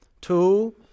Two